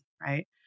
right